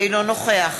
אינו נוכח